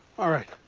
alright.